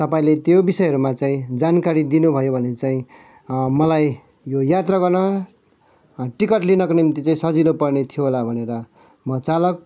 तपाईँले त्यो विषयहरूमा चाहिँ जानकारी दिनुभयो भने चाहिँचैँ मलाई यो यात्रा गर्न टिकट लिनको निम्ति चाहिँ सजिलो पर्ने थियो होला भनेर म चालक